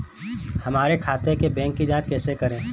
हमारे खाते के बैंक की जाँच कैसे करें?